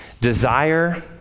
desire